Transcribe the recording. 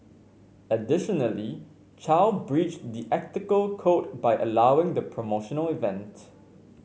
additionally Chow breached the ethical code by allowing the promotional event